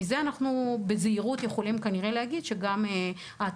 מזה אנחנו יכולים להגיד כנראה,